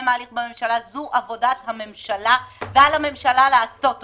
ההליך בממשלה - זו עבודת הממשלה ועל הממשלה לעשות אותה.